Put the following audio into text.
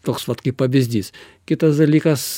toks vat kaip pavyzdys kitas dalykas